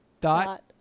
dot